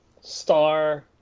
Star